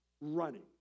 running